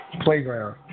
Playground